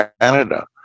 Canada